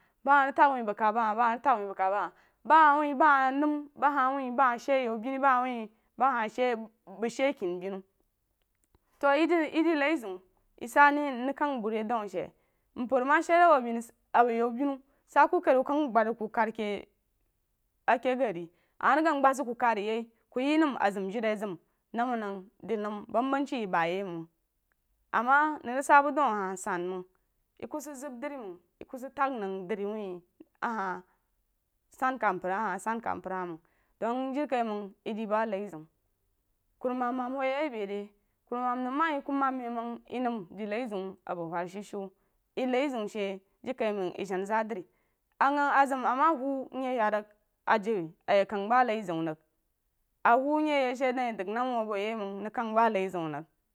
Ba hah rig tag wuh bəng kam ba hah ba hah wuh ba hah nəm ba hah wuh ba hah shíí yubeni ba hah wuh ba hah bəng shíí kenubenu tu yi di nai zeun yi sah neh mrig kəng bu ri dəu a she mpər ama she bb a bo yibenu sah kokari wuh kəng gbəd zəng ku kadakeh ake gari ama rig gəng gbəd zəng ku kad rig yeh ku yi nəm a zam əri a zam nama nəng di nam ban banshi ba yi məng ama nəng rig sa bu dua a hah samməng yi ku zam dri məng yi ku sid tang nəng dri wuh a hah samkam mpər hah a hah sankam mpər məng dəng jirikaiməng yi d ba nai zeu kurumam mam wuh yi bei ri kurumam nam ma yi məng yi di nai zeun bau whaishushu yi nai zeun she jirikaməg yi jamazdri aghang azəim ama huu myi yəng rig jani a yi kang ba nai zeun rig a huu myi yəng rig a dan dəng nama wuh bo yeh məng nəng kang ba nai zeun rig